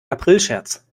aprilscherz